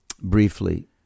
briefly